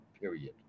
period